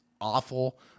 awful